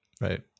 right